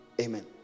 Amen